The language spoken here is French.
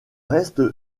reste